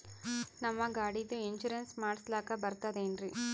ನಮ್ಮ ಗಾಡಿದು ಇನ್ಸೂರೆನ್ಸ್ ಮಾಡಸ್ಲಾಕ ಬರ್ತದೇನ್ರಿ?